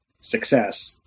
success